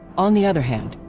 on the other hand,